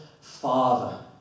Father